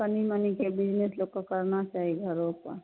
कनि मनिके बिजनेस लोकके करना चाही घरोपर